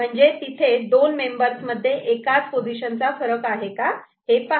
म्हणजे तिथे 2 मेंबर्स मध्ये एकाच पोझिशनचा फरक आहे का हे पहा